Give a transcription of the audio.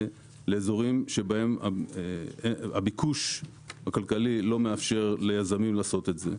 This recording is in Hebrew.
לאיזורים שבהם הביקוש הכלכלי לא מאפשר ליזמים לעשות את זה.